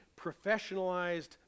professionalized